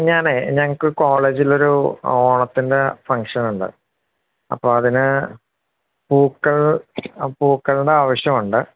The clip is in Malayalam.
ഞാന് ഞങ്ങള്ക്ക് കോളേജിലൊരു ഓണത്തിൻ്റെ ഫങ്ക്ഷനുണ്ട് അപ്പോളതിന് പൂക്കൾ പൂക്കളുടെ ആവശ്യമുണ്ട്